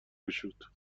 گشود